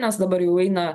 nes dabar jau eina